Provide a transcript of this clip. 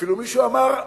ואפילו מישהו אמר: